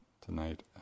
tonight